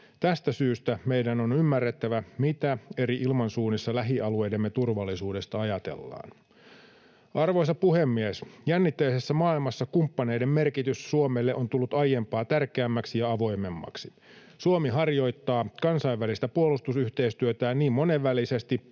Tästä syystä meidän on ymmärrettävä, mitä eri ilmansuunnissa lähialueidemme turvallisuudesta ajatellaan. Arvoisa puhemies! Jännitteisessä maailmassa kumppaneiden merkitys on tullut Suomelle aiempaa tärkeämmäksi ja avoimemmaksi. Suomi harjoittaa kansainvälistä puolustusyhteistyötään niin monenvälisesti,